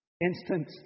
Instant